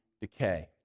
decay